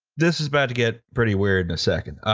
this is about to get pretty weird in a second.